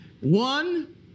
One